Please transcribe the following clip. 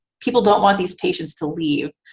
people don't want these patients to leave,